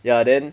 ya then